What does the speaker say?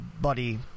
buddy